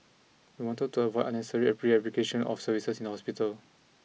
we wanted to avoid unnecessary replication of services in the hospital